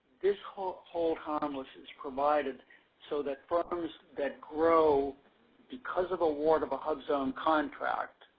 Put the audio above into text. this hold hold harmless is provided so that firms that grow because of award of a hubzone contract